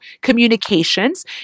communications